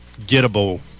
gettable